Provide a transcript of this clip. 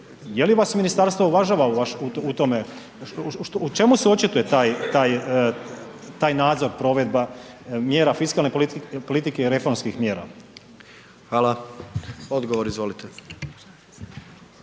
Je li vas ministarstvo uvažava u tome? U čemu se očituje taj nadzor, provedba, mjera fiskalne politike i reformskih mjera? **Jandroković,